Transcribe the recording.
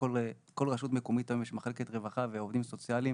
בכל רשות מקומית היום יש מחלקת רווחה ועובדים סוציאליים